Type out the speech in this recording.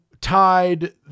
tied